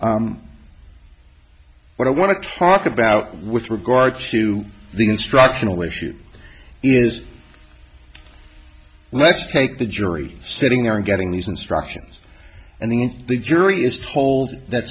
problem what i want to talk about with regard to the instructional issue is let's take the jury sitting there and getting these instructions and the the jury is told that